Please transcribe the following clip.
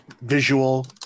visual